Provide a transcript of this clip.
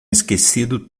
esquecido